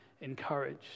encouraged